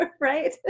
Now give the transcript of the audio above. Right